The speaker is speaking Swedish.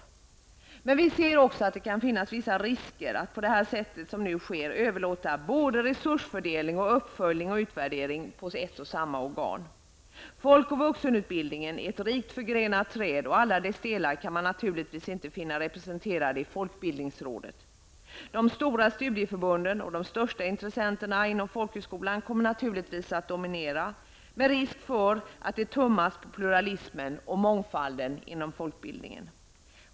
Vi ser emellertid också att det kan finnas vissa risker att på det sätt som nu sker överlåta både resursfördelning, uppföljning och utvärdering på samma organ. Folk och vuxenutbildningen är ett rikt förgrenat träd, och alla dess delar kan naturligtvis inte finnas representerade i folkbildningsrådet. De stora studieförbunden och de största intressenterna inom folkhögskolan kommer naturligtvis att dominera med risk för att det tummas på pluralismen och mångfalden inom folkbildningen.